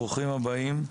ברוכים הבאים,